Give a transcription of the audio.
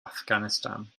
afghanistan